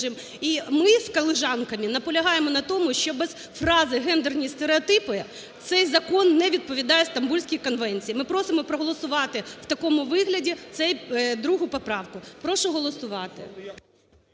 І ми з колежанками наполягаємо на тому, що без фрази "гендерні стереотипи", цей закон не відповідає Стамбульській конвенції, ми просимо проголосувати в такому вигляді другу поправку. Прошу голосувати.